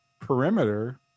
perimeter